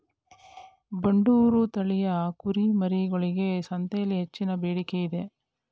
ಬಂಡೂರು ತಳಿಯ ಕುರಿಮರಿಗಳಿಗೆ ಸಂತೆಯಲ್ಲಿ ಹೆಚ್ಚಿನ ಬೇಡಿಕೆ ಇದೆ